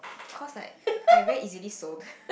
cause like I very easily sold